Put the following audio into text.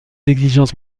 exigences